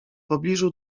pobliżu